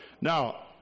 Now